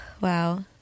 wow